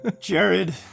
jared